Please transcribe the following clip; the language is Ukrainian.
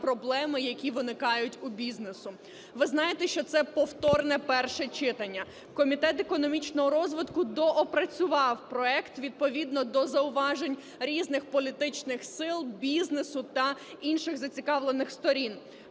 проблеми, які виникають у бізнесу. Ви знаєте, що це повторне перше читання. Комітет економічного розвитку доопрацював проект відповідно до зауважень різних політичних сил, бізнесу та інших зацікавлених сторін.